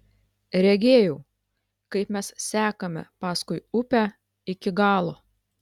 regėjau kaip mes sekame paskui upę iki galo